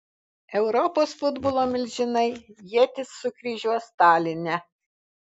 europos futbolo milžinai ietis sukryžiuos taline